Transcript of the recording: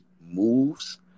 moves